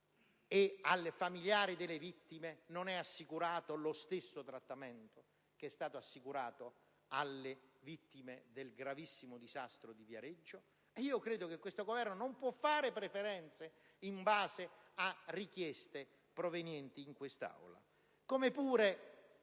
e ai familiari delle vittime non è stato assicurato lo stesso trattamento che è stato assicurato alle vittime del gravissimo disastro di Viareggio. Credo che questo Governo non possa fare preferenze in base alle richieste provenienti in quest'Aula. Come pure,